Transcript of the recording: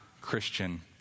Christian